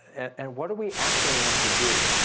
and what are we asking them to do?